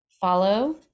follow